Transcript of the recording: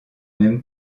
même